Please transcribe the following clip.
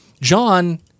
John